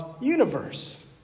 universe